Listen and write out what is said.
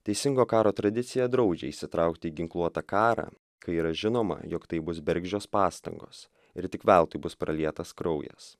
teisingo karo tradicija draudžia įsitraukti į ginkluotą karą kai yra žinoma jog tai bus bergždžios pastangos ir tik veltui bus pralietas kraujas